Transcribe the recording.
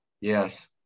Yes